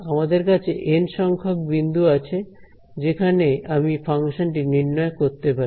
আমাদের কাছে এন সংখ্যক বিন্দু আছে যেখানে আমি ফাংশনটি নির্ণয় করতে পারি